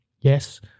yes